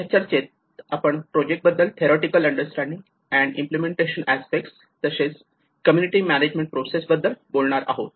या चर्चेत आपण प्रोजेक्ट बद्दल theoretical understanding and implementation aspect तसेच कम्युनिटी मॅनेजमेंट प्रोसेस बद्दल बोलणार आहोत